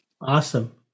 Awesome